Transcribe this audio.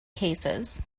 cases